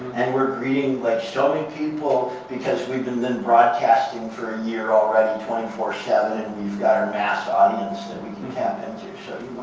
and we're greeting like so many people because we've been then broadcasting for a year already twenty four seven. and we've got our mass audience that we can tap and